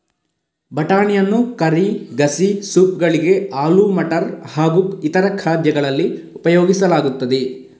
ಬಟಾಣಿಯನ್ನು ಕರಿ, ಗಸಿ, ಸೂಪ್ ಗಳಿಗೆ, ಆಲೂ ಮಟರ್ ಹಾಗೂ ಇತರ ಖಾದ್ಯಗಳಲ್ಲಿ ಉಪಯೋಗಿಸಲಾಗುತ್ತದೆ